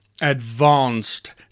advanced